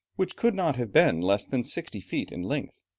which could not have been less than sixty feet in length.